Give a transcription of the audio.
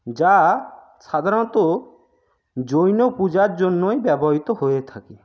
যা সাধারণত জৈন পূজার জন্যই ব্যবহৃত হয়ে থাকে